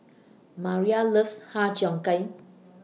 Mayra loves Har Cheong Gai